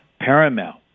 paramount